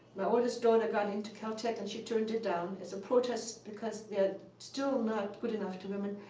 my oldest daughter got into caltech and she turned it down as a protest, because they're still not good enough to women.